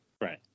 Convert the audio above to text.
Right